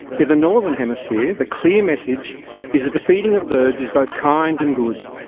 in the northern hemisphere, the clear message is that the feeding of birds is both kind and good.